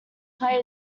play